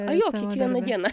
jo kiekvieną dieną